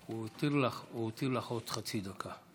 הוא הותיר לך עוד חצי דקה.